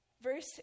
Verse